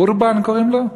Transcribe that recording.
אורבן קוראים לו?